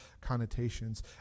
connotations